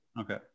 Okay